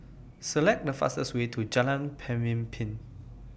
Select The fastest Way to Jalan Pemimpin